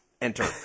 enter